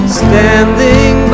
standing